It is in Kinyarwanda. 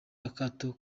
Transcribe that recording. akato